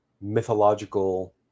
mythological